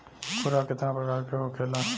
खुराक केतना प्रकार के होखेला?